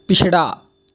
पिछड़ा